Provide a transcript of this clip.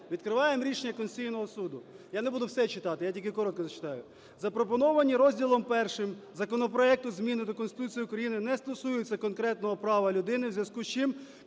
Відкриваємо рішення Конституційного Суду, я не буду все читати, я тільки коротко зачитаю: "Запропоновані розділом I законопроекту зміни до Конституції України не стосуються конкретного права людини, у зв'язку з чим